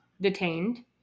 detained